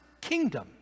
kingdom